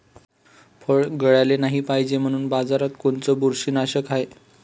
फळं गळाले नाही पायजे म्हनून बाजारात कोनचं बुरशीनाशक हाय?